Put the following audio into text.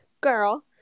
girl